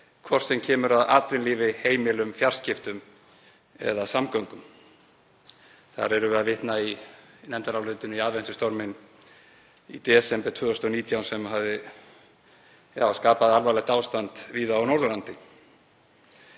hvort sem kemur að atvinnulífi, heimilum, fjarskiptum eða samgöngum. Þar erum við að vitna í nefndarálitinu í aðventustorminn í desember 2019 sem skapaði alvarlegt ástand víða á Norðurlandi.